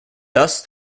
thus